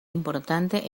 importante